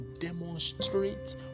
demonstrate